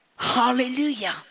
Hallelujah